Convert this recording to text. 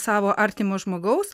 savo artimo žmogaus